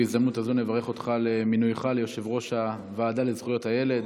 בהזדמנות הזו נברך אותך על מינויך ליושב-ראש הוועדה לזכויות הילד.